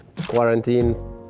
quarantine